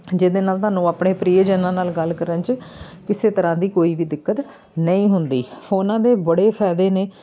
ਜਿਹਦੇ ਨਾਲ ਤੁਹਾਨੂੰ ਆਪਣੇ ਪਰੀਏਜਨਾਂ ਨਾਲ ਗੱਲ ਕਰਨ 'ਚ ਕਿਸੇ ਤਰ੍ਹਾਂ ਦੀ ਕੋਈ ਵੀ ਦਿੱਕਤ ਨਹੀਂ ਹੁੰਦੀ ਫੋਨਾਂ ਦੇ ਬੜੇ ਫਾਇਦੇ ਨੇ